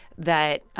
that